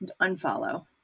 unfollow